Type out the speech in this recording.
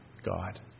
God